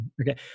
Okay